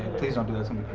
please don't do that.